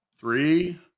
three